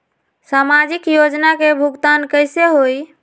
समाजिक योजना के भुगतान कैसे होई?